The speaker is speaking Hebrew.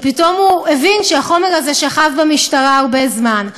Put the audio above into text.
ופתאום הוא הבין שהחומר הזה שכב במשטרה הרבה זמן,